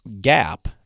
gap